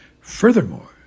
Furthermore